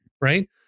right